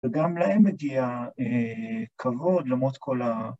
‫וגם להם מגיע כבוד למרות כל ה...